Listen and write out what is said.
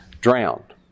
drowned